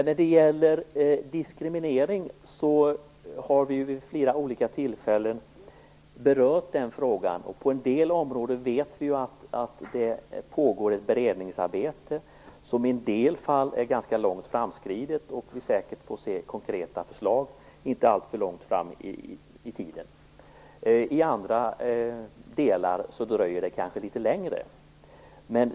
Herr talman! Vi har vid flera olika tillfällen berört frågan om diskriminering. Vi vet att det pågår ett beredningsarbete på en del områden, som i en del fall är ganska långt framskridet. Vi får säkert se konkreta förslag inte alltför långt fram i tiden. I andra delar dröjer det kanske litet längre.